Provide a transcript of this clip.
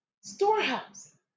storehouse